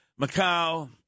Macau